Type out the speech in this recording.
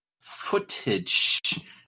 footage